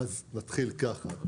נתחיל ככה: